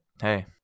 hey